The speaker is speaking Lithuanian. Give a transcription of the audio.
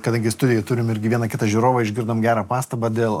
kadangi studijoj turim irgi vieną kitą žiūrovą išgirdom gerą pastabą dėl